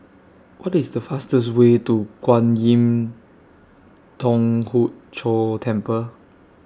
What IS The fastest Way to Kwan Im Thong Hood Cho Temple